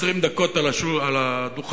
20 דקות על הדוכן,